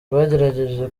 twagerageje